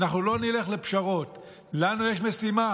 אנחנו לא נלך לפשרות, לנו יש משימה.